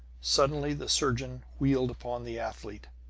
suddenly the surgeon wheeled upon the athlete.